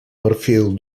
perfil